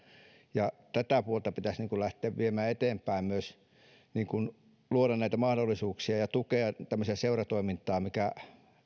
ja tätä puolta pitäisi myös lähteä viemään eteenpäin luoda näitä mahdollisuuksia ja tukea tämmöistä seuratoimintaa mikä